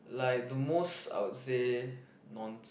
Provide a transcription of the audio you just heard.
like the most I would say non s~